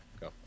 Go